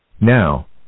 Now